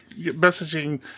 messaging